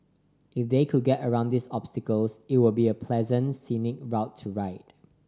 if they could get around these obstacles it would be a pleasant scenic route to ride